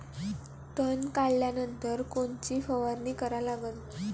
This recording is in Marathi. तन काढल्यानंतर कोनची फवारणी करा लागन?